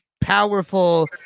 powerful